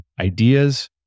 ideas